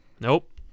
Nope